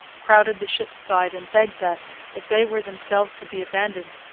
crowded the ship's side and begged that, if they were themselves to be abandoned,